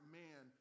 man